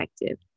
effective